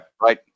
Right